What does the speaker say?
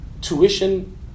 tuition